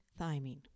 thymine